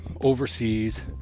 overseas